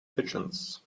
pigeons